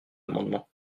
amendement